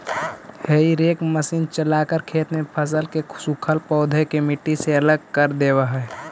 हेई rake machine चलाकर खेत में फसल के सूखल पौधा के मट्टी से अलग कर देवऽ हई